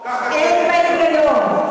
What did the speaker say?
אין בה היגיון,